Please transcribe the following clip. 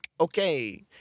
Okay